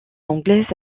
anglaise